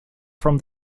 from